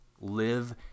live